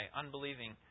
unbelieving